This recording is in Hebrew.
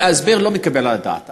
ההסבר לא מתקבל על הדעת.